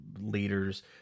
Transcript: Leaders